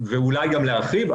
ואולי גם להרחיב,